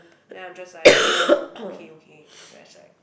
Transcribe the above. then I'm just like oh okay okay